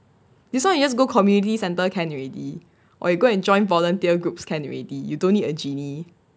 this [one] you just go community centre can already or you go and join volunteer groups can already you don't need a genie